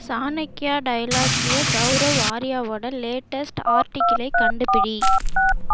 சாணக்யா டயலாக்ய கௌரவ் ஆர்யாவோட லேட்டஸ்ட் ஆர்டிகிளை கண்டுபிடி